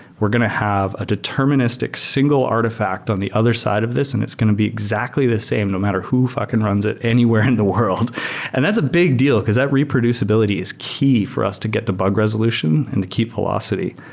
we're going to have a deterministic single artifact on the other side of this and it's going to be exactly the same, no matter who fucking runs it anywhere in the world and that's a big deal, because that reproducibility is key for us to get the bug resolution and to keep velocity.